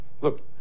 Look